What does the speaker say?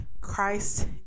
Christ